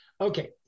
Okay